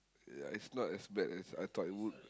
yeah it's not as bad as I thought it would